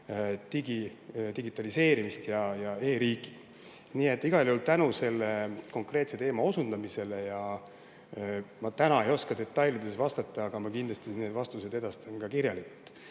digitaliseerimist ja e-riiki. Nii et igal juhul tänu selle konkreetse teema osundamise eest. Ma täna ei oska detailides vastata, aga ma kindlasti edastan need vastused kirjalikult. Nüüd,